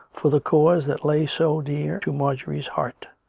for the cause that lay so near to marjorie's heart,